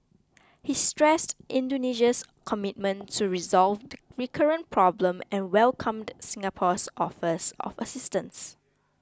he stressed Indonesia's commitment to resolve the recurrent problem and welcomed Singapore's offers of assistance